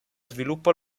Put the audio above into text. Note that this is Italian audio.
sviluppo